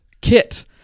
Kit